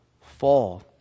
fall